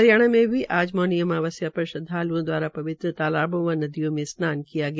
हरियाणा में भी आज मौनी अमावस्य पर श्रदवालूओं दवारा पवित्र तालाबों व नदियों में स्नान किया गया